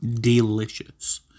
delicious